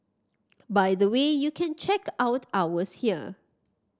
by the way you can check out ours here